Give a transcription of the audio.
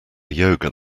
yoga